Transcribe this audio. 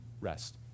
rest